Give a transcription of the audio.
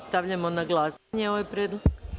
Stavljam na glasanje ovaj predlog.